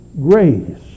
grace